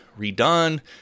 redone